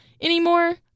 anymore